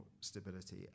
stability